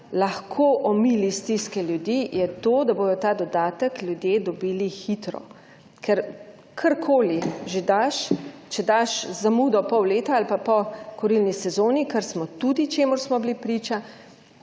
lahko omili stiske ljudi, je to, da bodo ta dodatek ljudje dobili hitro. Ker karkoli že daš, če daš z zamudo pol leta ali pa po kurilni sezoni, čemur smo tudi bili priče,